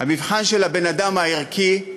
המבחן של בן-אדם ערכי,